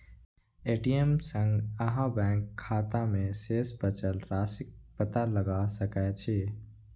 ATM सं अहां bank खाता मे शेष बचल राशिक पता लगा सकै छी